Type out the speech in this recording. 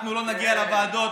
אנחנו לא נגיע לוועדות,